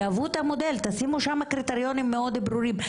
תהוו את המודל, תשימו שם קריטריונים מאוד ברורים.